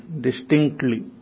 distinctly